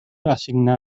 assigna